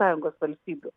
sąjungos valstybių